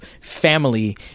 family